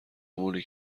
موری